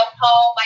home